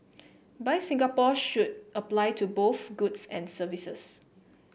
buy Singapore should apply to both goods and services